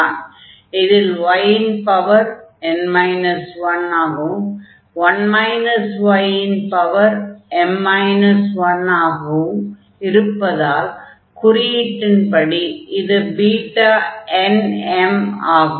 இதில் y இன் power n 1 ஆகவும் 1 y இன் பவர் m 1 ஆக இருப்பதால் குறியீட்டின்படி இது Bnm ஆகும்